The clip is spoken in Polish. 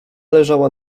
leżała